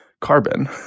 carbon